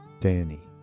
Danny